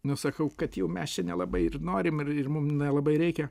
nu sakau kad jau mes čia nelabai ir norim ir ir mum nelabai reikia